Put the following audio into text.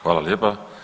Hvala lijepa.